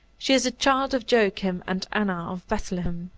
she is the child of joachim and anna of bethlehem,